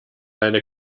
eine